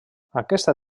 aquesta